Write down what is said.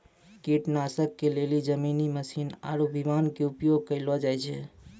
कीटनाशक के लेली जमीनी मशीन आरु विमान के उपयोग कयलो जाय छै